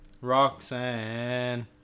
Roxanne